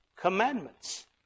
commandments